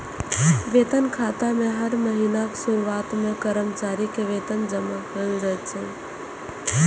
वेतन खाता मे हर महीनाक शुरुआत मे कर्मचारी के वेतन जमा कैल जाइ छै